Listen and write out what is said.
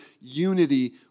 unity